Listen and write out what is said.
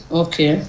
okay